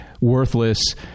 worthless